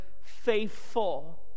faithful